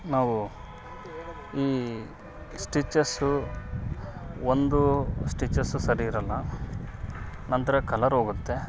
ನಾವೂ ಈ ಸ್ಟಿಚ್ಚಸು ಒಂದೂ ಸ್ಟಿಚಸು ಸರಿ ಇರೋಲ್ಲ ನಂತರ ಕಲರು ಹೋಗುತ್ತೆ